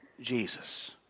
Jesus